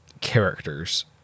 characters